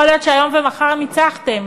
יכול להיות שהיום ומחר ניצחתם,